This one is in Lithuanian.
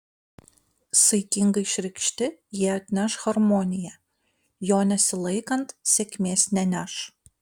saikingai išreikšti jie atneš harmoniją jo nesilaikant sėkmės neneš